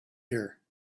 here